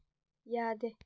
ꯌꯥꯗꯦ